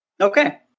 okay